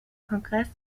kongress